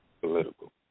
political